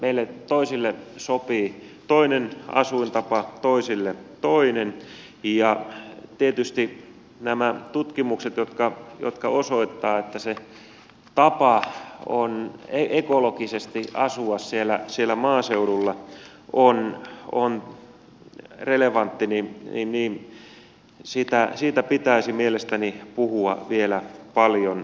meille toisille sopii toinen asuintapa toisille toinen ja tietysti näistä tutkimuksista jotka osoittavat että se tapa ekologisesti asua siellä maaseudulla on relevantti pitäisi mielestäni puhua vielä paljon enemmän